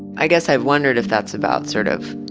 i guess i'd wondered if that's about sort of,